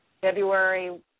February